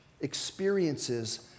experiences